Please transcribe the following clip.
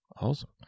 Awesome